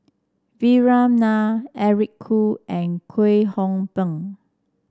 Vikram Nair Eric Khoo and Kwek Hong Png